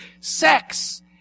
Sex